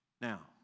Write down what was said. Now